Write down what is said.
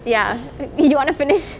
ya you want to finish